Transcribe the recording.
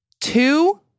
Two